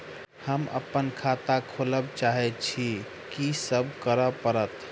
हम अप्पन खाता खोलब चाहै छी की सब करऽ पड़त?